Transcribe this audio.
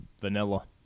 Vanilla